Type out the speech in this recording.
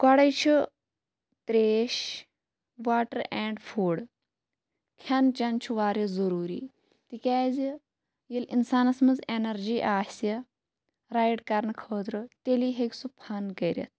گۄڈے چھِ fresh water and food کھیٚن چیٚن چھُ واریاہ ضروٗری تِکیازِ ییٚلہِ اِنسانَس منٛز اینَرجی آسہِ رایِڈ کَرنہٕ خٲطرٕ تیلے ہیکہِ سُہ فَن کٔرِتھ